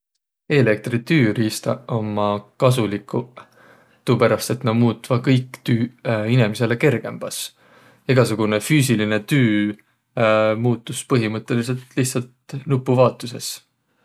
Eelektritüüriistaq ummaq kasuliguq tuuperäst, et näq muutvaq kõik tüüq inemisele kergembäs. Egäsugunõ füüsiline tüü muutus põhimõttõlisõlt lihtsalt nupuvaotusõs.